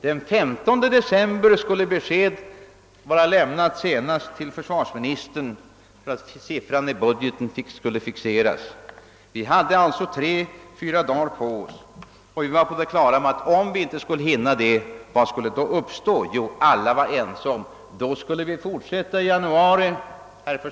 Den 15 december skulle besked ha lämnats till försvarsministern för att siffrorna skulle fixeras i budgeten. Vi hade alltså 3—4 dagar på oss. Om vi inte skulle hinna med var alla överens om att fortsätta i januari.